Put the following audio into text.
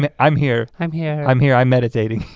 i mean i'm here. i'm here. i'm here, i'm meditating.